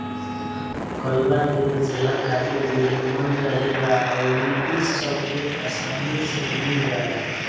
कड़ुआ तेल सेहत खातिर भी निमन रहेला अउरी इ सबसे आसानी में मिल जाला